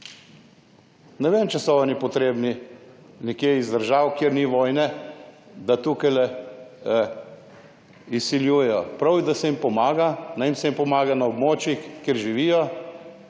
Ne vem, če so oni potrebni nekje iz držav, kjer ni vojne, da tukajle izsiljujejo. Prav je, da se jim pomaga, da se jim pomaga na območjih, kjer živijo.